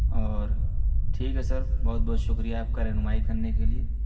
اور ٹھیک ہے سر بہت بہت شکریہ آپ کا رہنمائی کرنے کے لیے